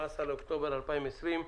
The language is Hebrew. היום 18 באוקטובר 2020,